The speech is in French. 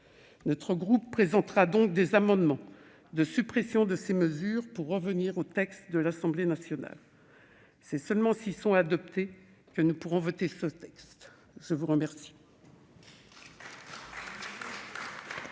Territoires présentera donc des amendements de suppression de ces mesures, afin de revenir au texte de l'Assemblée nationale. C'est seulement s'ils sont adoptés que nous pourrons voter ce texte. La parole